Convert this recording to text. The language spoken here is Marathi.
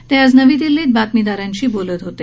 ते आज नवी दिल्ली इथं बातमीदारांशी बोलत होते